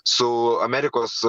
su amerikos